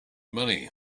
money